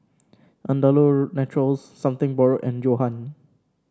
Andalou Naturals Something Borrowed and Johan